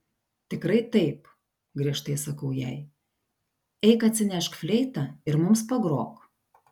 tikrai taip griežtai sakau jai eik atsinešk fleitą ir mums pagrok